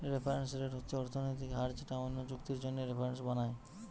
reference rate হচ্ছে অর্থনৈতিক হার যেটা অন্য চুক্তির জন্যে রেফারেন্স বানায়